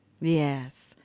yes